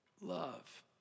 Love